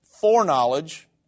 foreknowledge